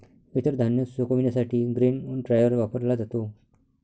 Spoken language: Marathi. इतर धान्य सुकविण्यासाठी ग्रेन ड्रायर वापरला जातो